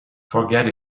forget